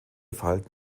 verhalten